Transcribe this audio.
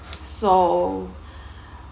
so